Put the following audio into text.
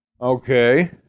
Okay